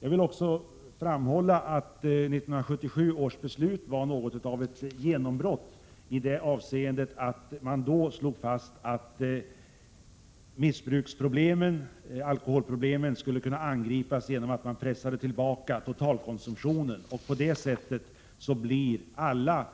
Jag vill också framhålla att 1977 års beslut var något av ett genombrott i det avseendet att man då slog fast att alkoholproblemen skulle angripas genom att man pressade tillbaka totalkonsumtionen. På det sättet blir alla